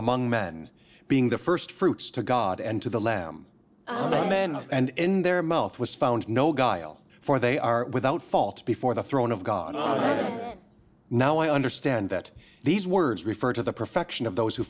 among men being the first fruits to god and to the lamb a man and in their mouth was found no guile for they are without fault before the throne of god now i understand that these words refer to the perfection of those who